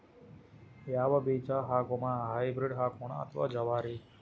ಯಾವ ಬೀಜ ಹಾಕುಮ, ಹೈಬ್ರಿಡ್ ಹಾಕೋಣ ಅಥವಾ ಜವಾರಿ?